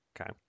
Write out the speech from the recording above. okay